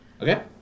Okay